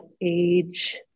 age